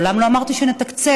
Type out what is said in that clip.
מעולם לא אמרתי שנתקצב.